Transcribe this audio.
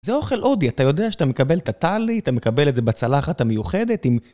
זה אוכל הודי, אתה יודע שאתה מקבל את הטאלי, אתה מקבל את זה בצלחת המיוחדת עם...